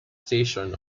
station